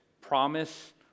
promise